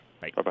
Bye